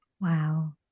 Wow